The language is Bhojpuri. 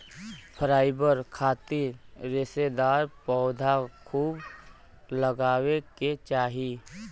फाइबर खातिर रेशेदार पौधा खूब लगावे के चाही